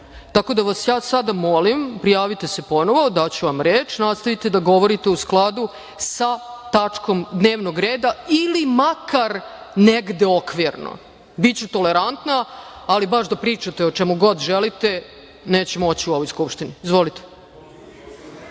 vas sada molim, prijavite se ponovo, daću vam reč a vi nastavite da govorite u skladu sa tačkom dnevnog reda, ili makar negde okvirno. Biću tolerantna, ali baš da pričate o čemu god želite, neće moći u ovoj Skupštini. Izvolite.